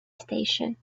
station